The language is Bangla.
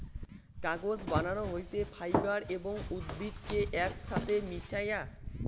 কাগজ বানানো হইছে ফাইবার এবং উদ্ভিদ কে একছাথে মিশায়া